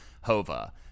Hova